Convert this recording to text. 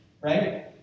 right